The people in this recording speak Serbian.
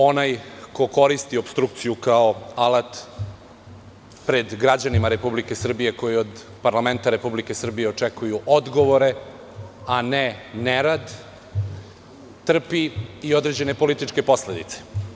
Onaj ko koristi opstrukciju kao alata pred građanima Republike Srbije koji od parlamenta Republike Srbije očekuju odgovore, a ne nerad, trpi i određene političke posledice.